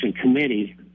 committee